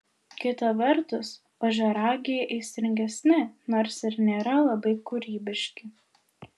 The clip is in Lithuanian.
kita vertus ožiaragiai aistringesni nors ir nėra labai kūrybiški